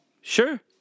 Sure